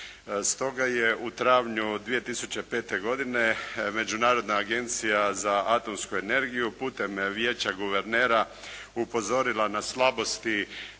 Stoga je u travnju 2005. godine Međunarodna agencija za atomsku energiju putem Vijeća guvernera upozorila na slabosti